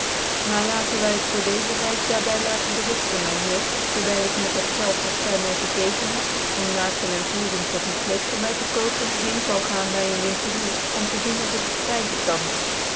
maar laten wy het voor dccze reis daar by laten beruften myn heer dewijl ik met dat geit dat gy mv gegeven heb om laken en voering tot een kleed voor mv tc kopen hoen zal gaan by ccn winkelier om tc zien of ik het krygen kan